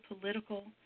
political